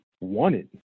wanted